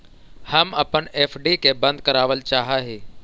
हम अपन एफ.डी के बंद करावल चाह ही